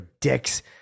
dicks